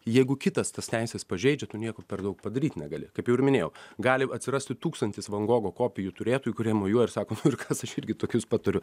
jeigu kitas tas teises pažeidžia tu nieko per daug padaryt negali kaip jau ir minėjau gali atsirasti tūkstantis van gogo kopijų turėtojų kurie mojuoja ir sako kas aš irgi tokius pat turiu